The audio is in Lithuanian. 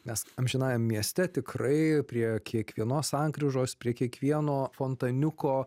nes amžinajam mieste tikrai prie kiekvienos sankryžos prie kiekvieno fontaniuko